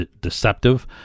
deceptive